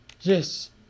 Yes